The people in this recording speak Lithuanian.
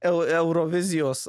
eu eurovizijos